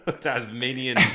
Tasmanian